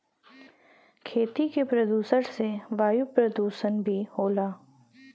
खेती के प्रदुषण से वायु परदुसन भी होला